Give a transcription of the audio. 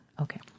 Okay